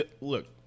look